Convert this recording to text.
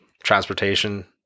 transportation